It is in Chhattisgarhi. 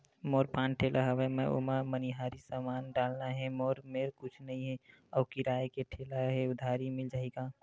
मोर पान ठेला हवय मैं ओमा मनिहारी समान डालना हे मोर मेर कुछ नई हे आऊ किराए के ठेला हे उधारी मिल जहीं का?